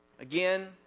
again